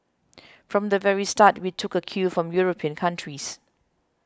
from the very start we took a cue from European countries